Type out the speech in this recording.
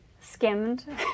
skimmed